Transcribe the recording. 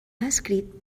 escrit